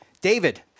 David